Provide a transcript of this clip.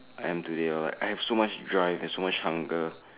I am today lor I have so much drive and so much hunger